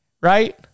Right